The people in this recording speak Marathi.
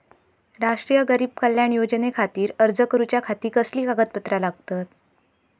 राष्ट्रीय गरीब कल्याण योजनेखातीर अर्ज करूच्या खाती कसली कागदपत्रा लागतत?